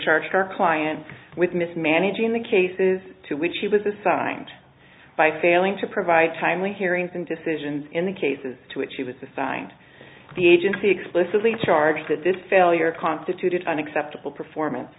charged our client with mismanaging the cases to which she was assigned by failing to provide timely hearings and decisions in the cases to it she was assigned the agency explicitly charge that this failure constituted an acceptable performance